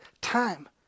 time